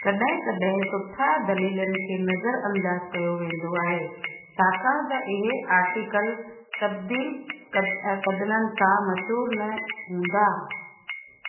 कड॒हिं कड॒हिं सुठा दलीलनि खे नज़र अंदाज कयो वेंदो आहे छाकाणि त इहे आर्टिकल तब्दील कद कंदड़नि सां मशहूरु न हूंदा